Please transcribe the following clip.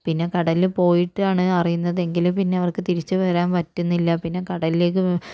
പിന്നെ കടലിൽ പോയിട്ട് ആണ് അറിയുന്നതെങ്കിലും പിന്നെ അവര്ക്ക് തിരിച്ചുവരാന് പറ്റുന്നില്ല പിന്നെ കടലിലേക്ക്